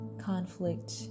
conflict